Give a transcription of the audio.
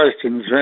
questions